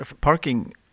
parking